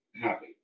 happy